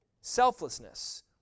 Selflessness